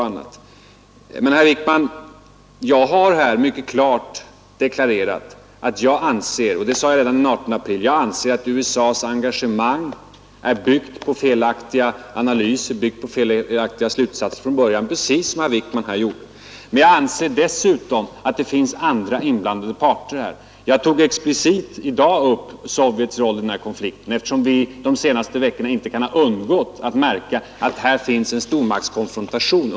Men, herr Wickman, jag har här mycket klart deklarerat att jag anser — det sade jag redan den 18 april — att USA:s engagemang är byggt på felaktiga analyser från början, precis som herr Wickman här har gjort. Men jag anser dessutom att det finns andra inblandade parter i konflikten. Jag tog explicit i dag upp Sovjets roll i den här konflikten, eftersom ingen de senaste veckorna kan ha undgått att märka att här föreligger en stormaktskonfrontation.